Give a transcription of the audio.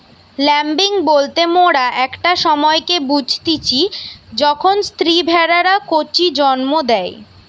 lambing বলতে মোরা একটা সময়কে বুঝতিচী যখন স্ত্রী ভেড়ারা কচি জন্ম দেয়